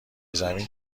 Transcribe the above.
زمین